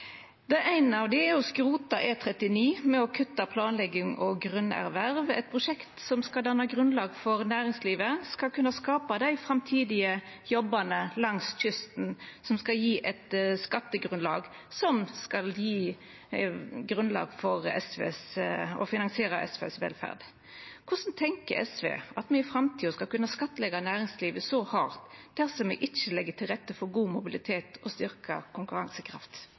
av dei er å skrota E39 ved å kutta planlegging og grunnerverv – eit prosjekt som skal danna grunnlag for at næringslivet skal kunna skapa dei framtidige jobbane langs kysten som skal gje skattegrunnlag for å finansiera SVs velferd. Korleis tenkjer SV at me i framtida skal kunna skattleggja næringslivet så hardt dersom me ikkje legg til rette for god mobilitet og styrkt konkurransekraft?